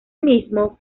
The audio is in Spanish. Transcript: mismo